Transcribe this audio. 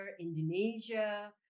Indonesia